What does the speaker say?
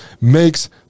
makes